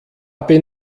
bin